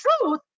truth